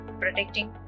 protecting